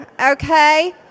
Okay